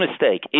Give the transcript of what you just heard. mistake